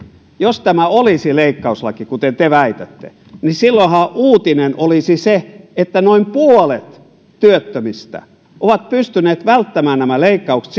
jos tämä olisi leikkauslaki kuten te väitätte niin silloinhan uutinen olisi se että noin puolet työttömistä on pystynyt välttämään nämä leikkaukset